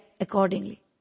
accordingly